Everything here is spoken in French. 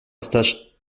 stage